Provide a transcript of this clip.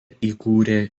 įkūrė